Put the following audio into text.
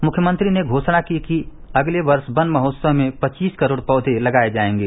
मुख्यमंत्री ने घोसणा की कि अगले वर्ष वन महोत्सव में पचीस करोड़ पौधे लगाये जायेंगे